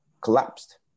collapsed